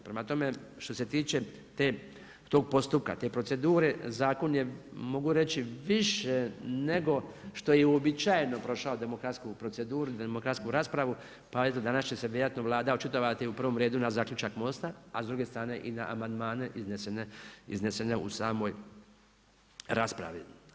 Prema tome, što se tiče tog postupka, te procedure zakon je mogu reći više nego što je uobičajeno prošao demokratsku proceduru, demokratsku raspravu, pa eto danas će se vjerojatno Vlada očitovati u prvom redu na zaključak MOST-a a s druge strane i na amandmane iznesene u samoj raspravi.